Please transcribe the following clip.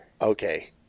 okay